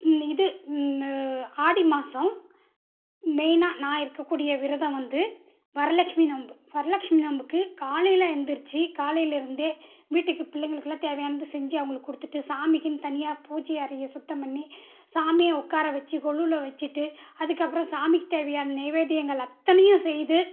இது ஆடி மாதம் மெயினாக நான் இருக்கக் கூடிய விரதம் வந்து வரலக்ஷ்மி நோம்பு வரலக்ஷ்மி நோம்புக்கு காலையில் எழுந்திருச்சி காலையில் இருந்தே வீட்டுக்கு பிள்ளைங்களுக்கெலாம் தேவையானதை செஞ்சு அவங்களுக்கு கொடுத்துட்டு சாமிக்குனு தனியாக பூஜை அறையை சுத்தம் பண்ணி சாமியை உட்கார வச்சு கொலுவில் வச்சுட்டு அதுக்கப்புறம் சாமிக்கு தேவையான நெய்வேத்தியங்கள் அத்தனையும் செய்து